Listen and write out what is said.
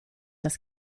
das